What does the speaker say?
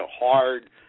hard